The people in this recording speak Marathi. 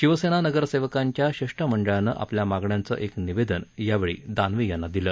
शिवसेना नगरसेवकांच्या शिष्टमंडळानं आपल्या मागण्याचं एक निवेदन यावेळी दानवे यांना दिलं